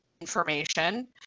information